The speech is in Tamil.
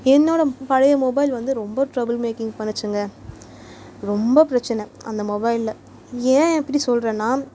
என்னோடய பழைய மொபைல் வந்து ரொம்ப ட்ரபுள் மேக்கிங் பண்ணுச்சுங்க ரொம்ப பிரச்சின அந்த மொபைலில் ஏன் இப்படி சொல்கிறேன்னா